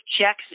checks